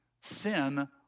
sin